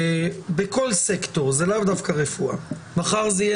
שבכל סקטור ולאו דווקא רפואה מחר זה יהיה